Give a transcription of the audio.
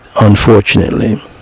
unfortunately